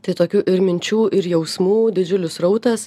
tai tokių ir minčių ir jausmų didžiulis srautas